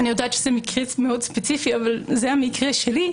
אני יודעת שזה מקרה מאוד ספציפי אבל זה המקרה שלי.